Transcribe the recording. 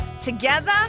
together